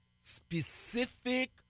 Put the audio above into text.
specific